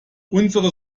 unsere